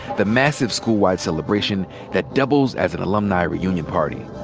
the massive school-wide celebration that doubles as an alumni reunion party.